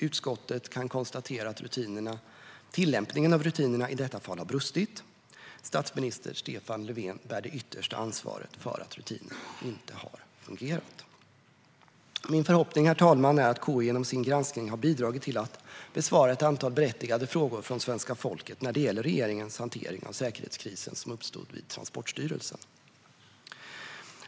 Utskottet kan konstatera att tillämpningen av rutinerna i detta fall har brustit. Statsminister Stefan Löfven bär det yttersta ansvaret för att rutinerna inte har fungerat. Min förhoppning, herr talman, är att KU genom sin granskning har bidragit till att besvara ett antal berättigade frågor från svenska folket när det gäller regeringens hantering av säkerhetskrisen som uppstod vid Transportstyrelsen.